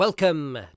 Welcome